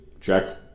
Check